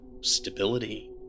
stability